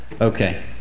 Okay